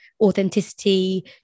authenticity